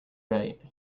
right